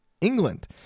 England